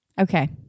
Okay